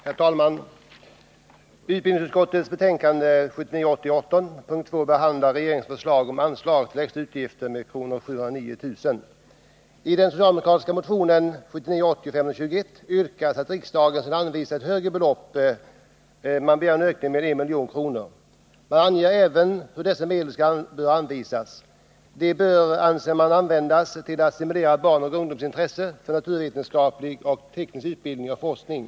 Herr talman! I utbildningsutskottets betänkande 1979 80:521 yrkas att riksdagen skall anvisa ett i förhållande till regeringens förslag med 1 milj.kr. förhöjt anslag. Motionärerna anger också hur dessa medel skall användas. De bör, menar man, användas för att stimulera barns och ungdomars intresse för naturvetenskaplig och teknisk utbildning och forskning.